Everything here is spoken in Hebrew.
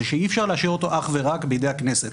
שאי-אפשר להשאיר אותו אך ורק בידי הכנסת.